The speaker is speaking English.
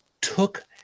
took